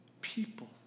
People